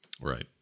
Right